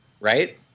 Right